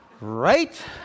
Right